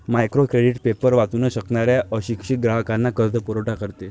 micro credit paper वाचू न शकणाऱ्या अशिक्षित ग्राहकांना कर्जपुरवठा करते